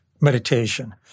meditation